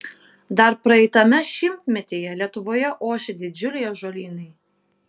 dar praeitame šimtmetyje lietuvoje ošė didžiuliai ąžuolynai